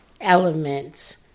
elements